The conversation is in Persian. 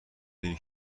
دیر